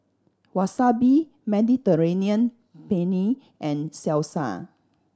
Wasabi Mediterranean Penne and Salsa